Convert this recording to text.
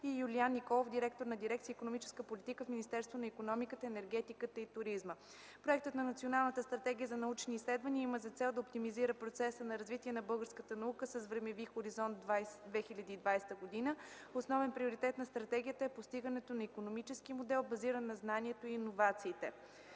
и Юлиян Николов – директор на дирекция „Икономическа политика” в Министерството на икономиката, енергетиката и туризма. Проектът на Националната стратегия за научни изследвания има за цел да оптимизира процеса на развитие на българската наука с времеви хоризонт 2020 година. Основен приоритет на стратегията е постигането на икономически модел, базиран на знанието и иновациите.